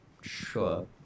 sure